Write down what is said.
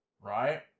Right